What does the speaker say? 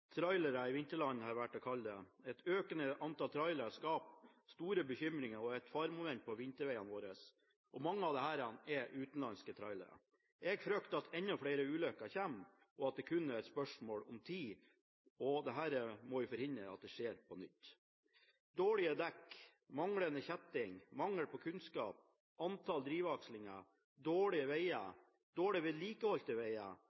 trailere skaper store bekymringer og er et faremoment på vintervegene våre. Mange av disse er utenlandske trailere. Jeg frykter at enda flere ulykker kommer, og at det kun er et spørsmål om tid. Vi må forhindre at dette skjer på nytt. Dårlige dekk, manglende kjetting, mangel på kunnskap, antall drivaksler, dårlige